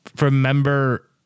remember